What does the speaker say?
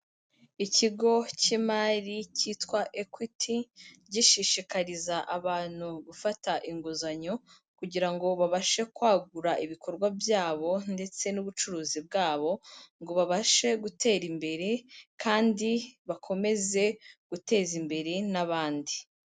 Ikigo cy'imari cyitwa ekwiti, gishishikariza abantu gufata inguzanyo kugira ngo babashe kwagura ibikorwa byabo ndetse n'ubucuruzi bwabo ngo babashe gutera imbere kandi bakomeze guteza imbere n'abandi.